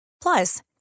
Plus